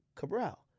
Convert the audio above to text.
Cabral